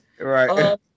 Right